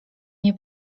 nie